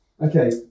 Okay